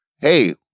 hey